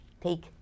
take